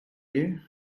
you